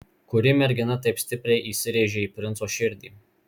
kuri mergina taip stipriai įsirėžė į princo širdį